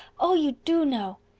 oh, you do know.